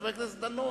חבר הכנסת דנון.